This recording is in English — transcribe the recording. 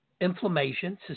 inflammation